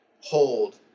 hold